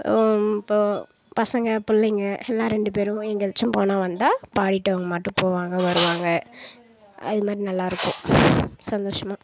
இப்போது பசங்கள் பிள்ளைங்கள் எல்லாம் ரெண்டு பேரும் எங்கேயாச்சும் போனால் வந்தால் பாடிகிட்டு அவங்க பாட்டுக்கு போவாங்க வருவாங்க அதுமாதிரி நல்லாயிருக்கும் சந்தோஷமாக